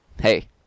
hey